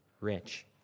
Rich